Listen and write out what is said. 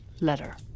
letter